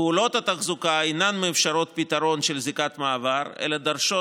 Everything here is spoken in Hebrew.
פעולות התחזוקה אינן מאפשרות פתרון של זיקת מעבר אלא דורשות